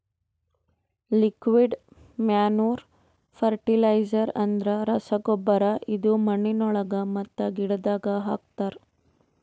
liquid manure fertiliser ಅಂದುರ್ ರಸಗೊಬ್ಬರ ಇದು ಮಣ್ಣಿನೊಳಗ ಮತ್ತ ಗಿಡದಾಗ್ ಹಾಕ್ತರ್